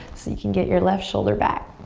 so you can get your left shoulder back.